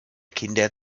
kinder